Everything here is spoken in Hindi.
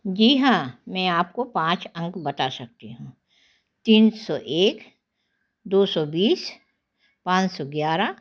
जी हाँ मैं आपको पाँच अंक बता सकती हूँ तीन सौ एक दो सौ बीस पाँच सौ ग्यारह